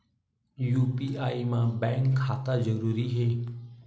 UPI मा bank खाता जरूरी हे?